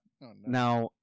Now